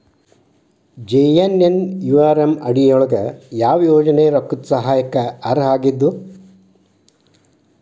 JNNURM ಅಡಿ ಯೊಳಗ ಯಾವ ಯೋಜನೆ ರೊಕ್ಕದ್ ಸಹಾಯಕ್ಕ ಅರ್ಹವಾಗಿದ್ವು?